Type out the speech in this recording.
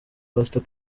pastor